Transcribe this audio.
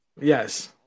Yes